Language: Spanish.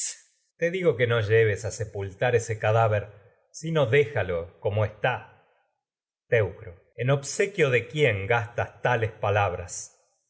te digo cadáver sino déjalo que no lleves a sepultar ese como está teucro en obsequio de quién gastas tales